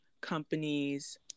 companies